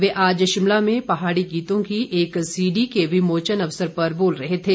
वे आज शिमला में पहाड़ी गीतों की एक सीडी के विमोचन अवसर पर बोल रहे थे